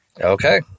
Okay